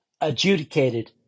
adjudicated